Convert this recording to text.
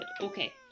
Okay